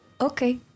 Okay